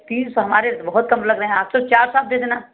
fees हमारे बहुत कम लग रहे हैं आप तो चार सौ दे देना